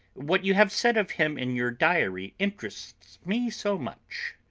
what you have said of him in your diary interests me so much!